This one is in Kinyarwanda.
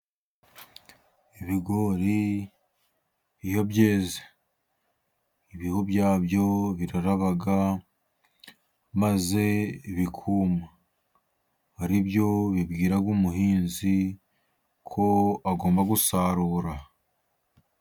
Ibigori iyo byeze, ibihu byabyo biraraba maze bikuma, ari byo bibwira umuhinzi ko agomba gusarura.